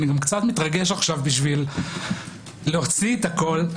אני גם קצת מתרגש בשביל להוציא את הכול.